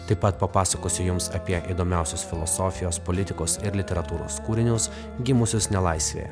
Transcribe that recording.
taip pat papasakosiu jums apie įdomiausius filosofijos politikos ir literatūros kūrinius gimusius nelaisvėje